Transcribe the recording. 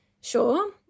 Sure